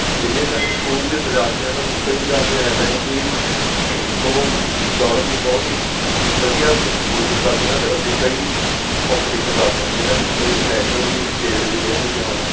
ਜਿੰਨੇ ਸਾਡੇ ਸਕੂਲ ਦੇ ਵਿਦਿਆਰਥੀ ਹਨ ਉਹਨਾਂ ਵਿੱਚ ਕਈ ਵਿਦਿਆਰਥੀ ਇੱਦਾਂ ਕਿ ਉਹ ਦੌੜਨ ਦੀ ਬਹੁਤ ਹੀ ਵਧੀਆ ਕ ਕੋਸ਼ਿਸ਼ ਕਰਦੇ ਹਾਂ ਅਤੇ ਅੱਗੇ ਕਈ ਕੰਪਟੀਸ਼ਨ ਕਰਦੇ ਹਨ ਜਿਹਨਾਂ ਵਿੱਚ ਕਈ ਤਾਂ ਨੈਸ਼ਨਲ ਵੀ ਸਟੇਟ ਵੀ ਖੇਲ ਚੁੱਕੇ ਹਨ